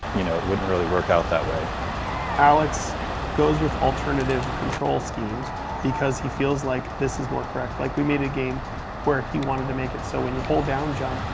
you know it wouldn't really work out that way. edmund alex goes with alternative control schemes because he feels like this is more correct. like we made a game where he wanted to make it so when you hold down jump,